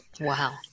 wow